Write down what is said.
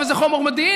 ושזה חומר מודיעיני,